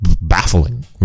baffling